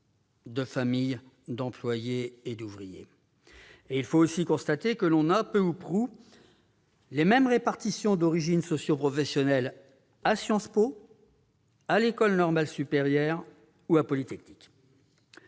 de familles d'employés et d'ouvriers. Il faut aussi constater que l'on observe peu ou prou les mêmes répartitions d'origines socioprofessionnelles à Sciences Po, à l'École normale supérieure ou à l'École polytechnique.